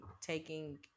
taking